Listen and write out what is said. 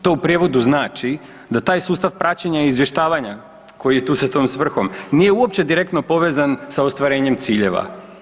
To u prijevodu znači da taj sustav praćenja i izvještavanja koji je tu sa tom svrhom nije uopće direktno povezan sa ostvarenjem ciljeva.